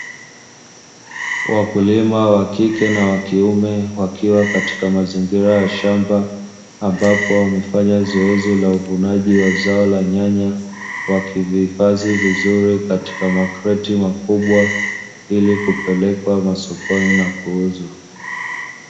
Wakulima wa kike na wakiume, wakiwa katika mazingira ya shamba ambapo wamefanya zoezi la uvunaji wa zao la nyanya, wakivihifadhi vizuri katika makreti makubwa ili kupelekwa masokoni na kuuzwa.